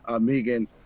Megan